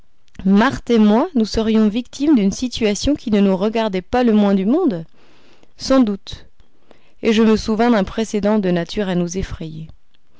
marthe et moi nous serions victimes d'une situation qui ne nous regardait pas le moins du monde sans doute et je me souvins d'un précédent de nature à nous effrayer